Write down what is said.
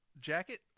jacket